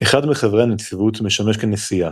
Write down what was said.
אחד מחברי הנציבות משמש כנשיאה.